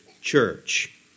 church